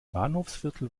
bahnhofsviertel